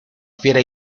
fiera